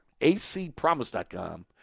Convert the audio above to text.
acpromise.com